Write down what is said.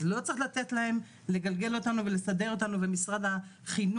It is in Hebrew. לא צריך לתת להם לגלגל אותנו ולסדר אותנו ומשרד החינוך